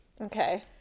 okay